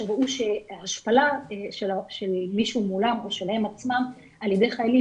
שראו שההשפלה של מישהו מולם או שלהם עצמם על ידי חיילים,